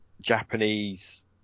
japanese